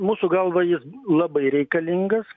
mūsų galva jis labai reikalingas